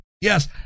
Yes